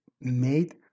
made